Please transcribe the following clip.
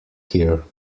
here